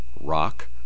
rock